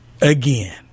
again